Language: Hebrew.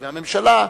הממשלה,